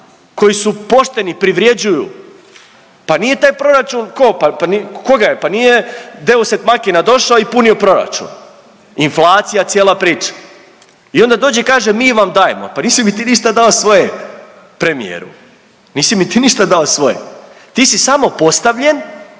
koji su pošteni privređuju. Pa nije taj proračun ko, pa koga je pa nije deus ex machina došao i punio proračun. Inflacija cijela priča i onda dođe i kaže mi vam dajemo. Pa nisi mi ti ništa dao svoje premijeru, nisi mi ti ništa dao svoje, ti samo postavljen